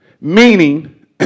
Meaning